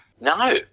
no